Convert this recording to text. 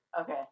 Okay